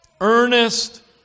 earnest